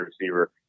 receiver